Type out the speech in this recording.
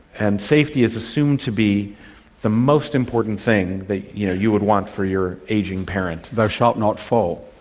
and safety is assumed to be the most important thing that you know you would want for your ageing parent. thou shalt not fall.